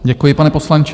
Děkuji, pane poslanče.